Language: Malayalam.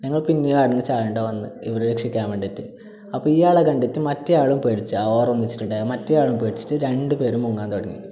ഞങ്ങൾ പിന്നേം അവിടുന്ന് ചാടണ്ട വന്ന് ഇവരെ രക്ഷിക്കാൻ വേണ്ടീട്ട് അപ്പം ഇയാളെ കണ്ടിട്ട് മറ്റേ ആളും പേടിച്ച് ആ ഓരോന്നിച്ചിട്ടുണ്ടായ മറ്റേ ആളും പേടിച്ചിട്ട് രണ്ട് പേരും മുങ്ങാൻ തുടങ്ങി